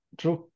true